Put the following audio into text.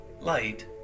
light